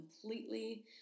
completely